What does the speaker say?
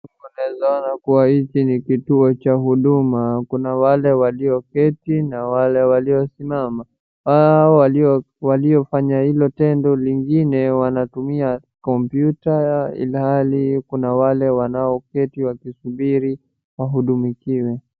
Unaeza ona kuwa hiki ni kituo cha Huduma. Kuna wale walioketi na wale waliosimama. Hawa waliofanya hilo tendo lingine wanatumia computer ilhali kuna wale wanaoketi wakisubiri wahadumikiwe.